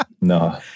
No